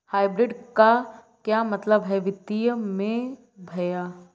Hybrid का क्या मतलब है वित्तीय में भैया?